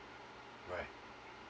right